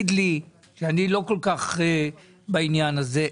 שאני לא כל כך בעניין הזה,